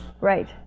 Right